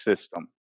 system